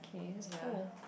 okay this is cool